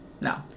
No